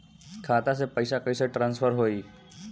खाता से पैसा कईसे ट्रासर्फर होई?